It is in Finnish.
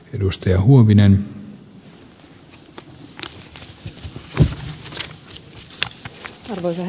arvoisa herra puhemies